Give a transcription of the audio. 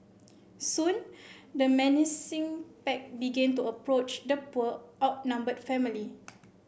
soon the menacing pack began to approach the poor outnumbered family